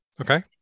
okay